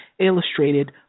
illustrated